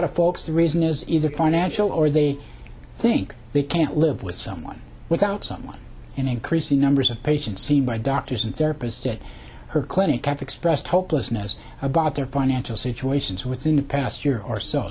of folks the reason is either financial or they think they can't live with someone without someone and increasing numbers of patients by doctors and therapists that her clinic have expressed hopelessness about their financial situations within the past year or so